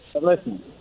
Listen